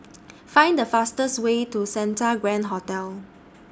Find The fastest Way to Santa Grand Hotel